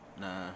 Nah